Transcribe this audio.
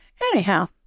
Anyhow